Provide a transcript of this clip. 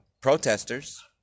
protesters